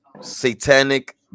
satanic